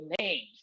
names